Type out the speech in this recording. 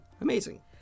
amazing